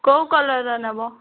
କେଉଁ କଲର୍ର ନେବ